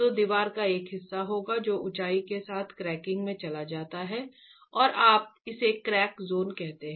तो दीवार का एक हिस्सा होगा जो ऊंचाई के साथ क्रैकिंग में चला जाता है और आप इसे क्रैक जोन कहते हैं